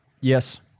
Yes